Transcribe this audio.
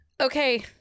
Okay